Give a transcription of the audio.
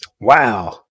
wow